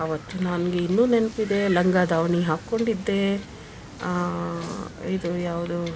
ಆವತ್ತು ನನಗೆ ಇನ್ನು ನೆನಪಿದೆ ಲಂಗ ದಾವಣಿ ಹಾಕ್ಕೊಂಡಿದ್ದೆ ಇದು ಯಾವುದು